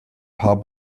paar